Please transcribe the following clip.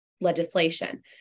legislation